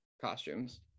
costumes